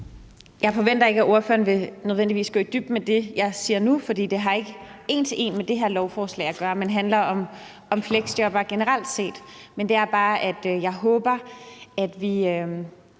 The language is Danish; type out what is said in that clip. Jeg forventer ikke, at ordføreren nødvendigvis vil gå i dybden med det, jeg siger nu, for det har ikke en til en noget med det her lovforslag at gøre, men handler om fleksjobbere generelt set. Det er bare, at jeg håber, at vi